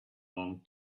long